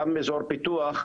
גם אזור פיתוח,